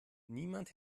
niemand